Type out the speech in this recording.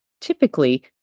typically